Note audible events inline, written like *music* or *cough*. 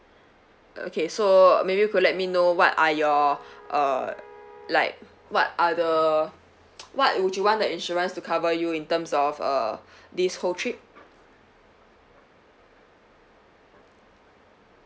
okay so uh maybe you could let me know what are your uh like what are the *noise* what would you want the insurance to cover you in terms of uh *breath* this whole trip